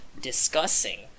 discussing